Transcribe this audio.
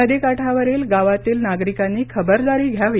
नदी काठावरील गावातील नागरीकांनी खबरदारी घ्यावी